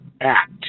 act